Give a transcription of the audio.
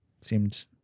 seemed